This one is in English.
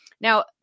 Now